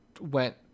went